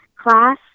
class